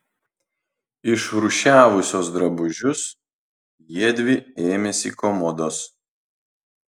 išrūšiavusios drabužius jiedvi ėmėsi komodos